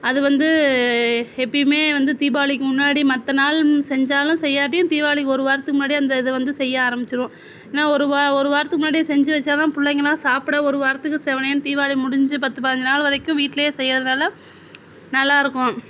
அது வந்து எப்பையுமே வந்து தீபாவளிக்கு முன்னாடி மத்த நாள் செஞ்சாலும் செய்யாட்டியும் தீபாவளி ஒரு வாரத்துக்கு முன்னாடியே அந்த இதை வந்து செய்ய ஆரமிச்சிருவோம் என்ன ஒரு வா ஒரு வாரத்துக்கு முன்னாடியே செஞ்சு வச்சா தான் பிள்ளைங்கலாம் சாப்பிட ஒரு வாரத்துக்கு செவனேன்னு தீவாளி முடிஞ்சி பத்து பதினஞ்சு நாள் வரைக்கும் வீட்லையே செய்யறதுனால் நல்லா இருக்கும்